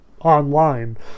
online